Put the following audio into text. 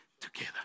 together